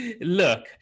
Look